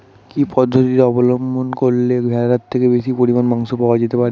কি পদ্ধতিতে অবলম্বন করলে ভেড়ার থেকে বেশি পরিমাণে মাংস পাওয়া যেতে পারে?